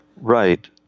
Right